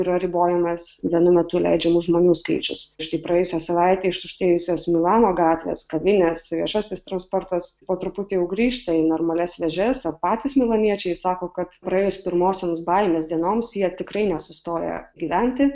yra ribojamas vienu metu leidžiamų žmonių skaičius štai praėjusią savaitę ištuštėjusios milano gatvės kavinės viešasis transportas po truputį jau grįžta į normalias vėžes o patys milaniečiai sako kad praėjus pirmosioms baimės dienoms jie tikrai nesustoja gyventi